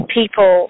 people